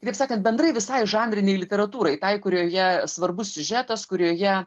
kaip sakant bendrai visai žanrinei literatūrai tai kurioje svarbus siužetas kurioje